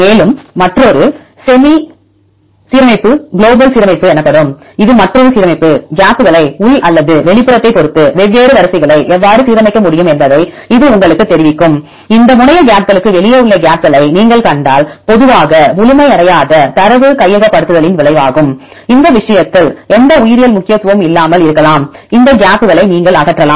மேலும் மற்றொரு சீரமைப்பு செமி குளோபல் சீரமைப்பு எனப்படும் மற்றொரு சீரமைப்பு கேப்களை உள் அல்லது வெளிப்புறத்தைப் பொறுத்து வெவ்வேறு வரிசைகளை எவ்வாறு சீரமைக்க முடியும் என்பதை இது உங்களுக்குத் தெரிவிக்கும் இந்த முனைய கேப்களுக்கு வெளியே உள்ள கேப்களை நீங்கள் கண்டால் பொதுவாக முழுமையடையாத தரவு கையகப்படுத்துதலின் விளைவாகும் இந்த விஷயத்தில் எந்த உயிரியல் முக்கியத்துவமும் இல்லாமல் இருக்கலாம் இந்த கேப்களை நீங்கள் அகற்றலாம்